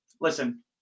Listen